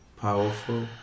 powerful